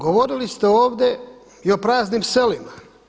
Govorili ste ovdje i o praznim selima.